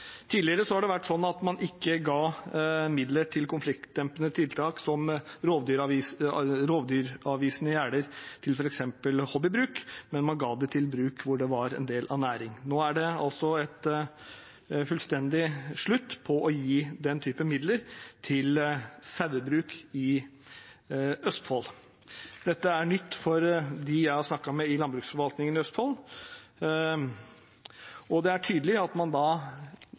Tidligere ga man ikke midler til konfliktdempende tiltak som rovdyravvisende gjerder til f.eks. hobbybruk, men man ga det til bruk hvor det var en del av næring. Nå er det fullstendig slutt på å gi den type midler til sauebruk i Østfold. Dette er nytt for dem jeg har snakket med i landbruksforvaltningen i Østfold. Det er tydelig at man heretter ikke ønsker å ha den type beitebruk i Østfold, i Akershus og i resten av sone 3. Da